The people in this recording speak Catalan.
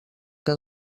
que